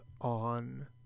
on